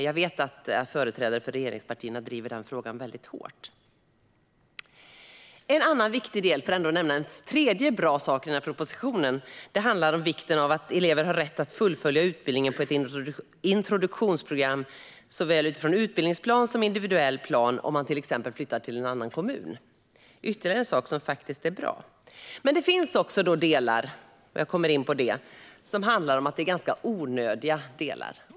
Jag vet att företrädare för regeringspartierna driver frågan hårt. En tredje bra sak i propositionen är vikten av att elever har rätt att fullfölja utbildningen på ett introduktionsprogram utifrån såväl utbildningsplan som individuell plan om man till exempel flyttar till en annan kommun. Det är ytterligare en bra sak. Det finns också onödiga delar i propositionen.